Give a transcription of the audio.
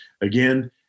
Again